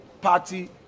party